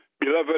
Beloved